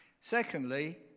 Secondly